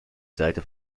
seite